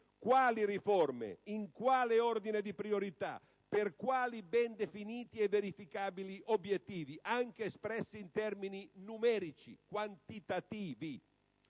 Quali riforme, in quale ordine di priorità, per quali ben definiti e verificabili obiettivi, anche espressi in termini numerici, quantitativi?